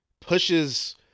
pushes